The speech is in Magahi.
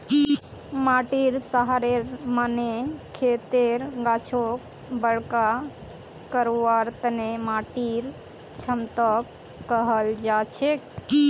माटीर सहारेर माने खेतर गाछक बरका करवार तने माटीर क्षमताक कहाल जाछेक